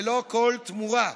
ללא כל תמורה.